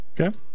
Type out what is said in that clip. Okay